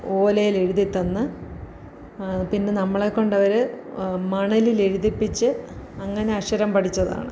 ഓലയിൽ എഴുതി തന്ന് പിന്നെ നമ്മളെക്കൊണ്ട് അവർ മണലിൽ എഴുതിപ്പിച്ച് അങ്ങനെ അക്ഷരം പഠിച്ചതാണ്